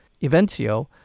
Ivencio